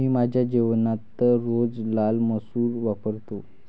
मी माझ्या जेवणात रोज लाल मसूर वापरतो